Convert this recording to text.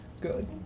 Good